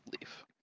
leave